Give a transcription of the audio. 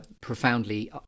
profoundly